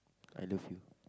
I love you